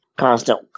constant